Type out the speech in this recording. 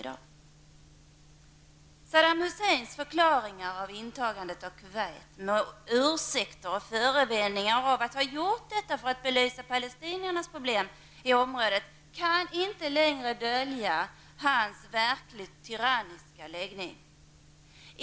Saddam Husseins förklaringar till intagandet av Kuwait, med ursäkter och förevändningar samt uttalanden om att ha gjort detta för att belysa palestiniernas problem i området, kan inte längre dölja hans verkligt tyranniska läggning.